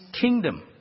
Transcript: kingdom